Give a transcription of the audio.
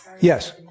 Yes